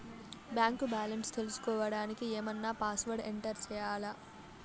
Bank balance తెలుసుకోవడానికి ఏమన్నా password enter చేయాలా?